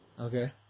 Okay